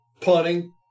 punting